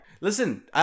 Listen